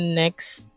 next